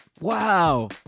Wow